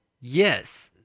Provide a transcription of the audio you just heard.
Yes